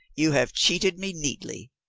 you have cheated me neatly.